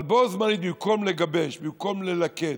אבל בו-זמנית, במקום לגבש, במקום ללכד,